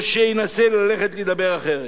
או שינסה לדבר אחרת.